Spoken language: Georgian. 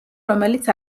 რომელიც